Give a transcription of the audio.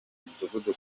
mudugudu